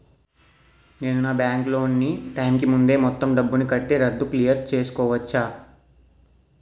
నేను నా bank loan నీ టైం కీ ముందే మొత్తం డబ్బుని కట్టి రద్దు క్లియర్ చేసుకోవచ్చా?